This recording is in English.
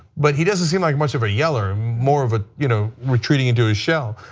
but he doesn't seem like much of a yeller. more of a you know retreating into his shell,